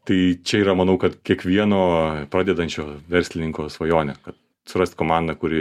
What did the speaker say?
tai čia yra manau kad kiekvieno pradedančio verslininko svajonė kad surasti komandą kuri